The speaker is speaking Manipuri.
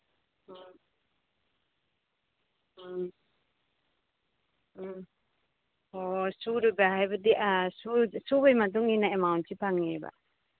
ꯑ ꯎꯝ ꯎꯝ ꯑꯣ ꯁꯨꯔꯨꯕ ꯍꯥꯏꯕꯗꯤ ꯑ ꯁꯨꯕꯒꯤ ꯃꯇꯨꯡꯏꯟꯅ ꯑꯦꯃꯥꯎꯟꯁꯤ ꯐꯪꯉꯦꯕ